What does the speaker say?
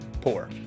poor